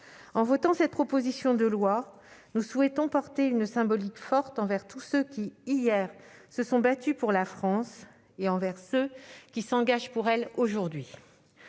En votant cette proposition de loi, nous souhaitons porter une symbolique forte envers tous ceux qui, hier, se sont battus pour la France et envers ceux qui s'engagent pour elle aujourd'hui.